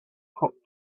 hot